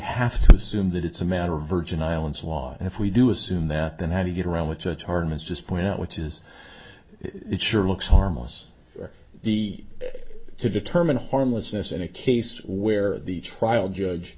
have to assume that it's a matter virgin islands law and if we do assume that then how do you get around which i tarnas just point out which is it sure looks harmless for the to determine harmlessness in a case where the trial judge